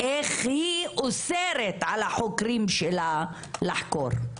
איך היא אוסרת על החוקרים שלה לחקור,